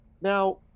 Now